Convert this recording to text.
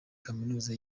kaminuza